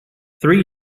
three